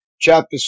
chapter